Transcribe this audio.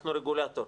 אנחנו רגולטור,